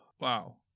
Wow